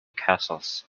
castles